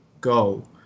go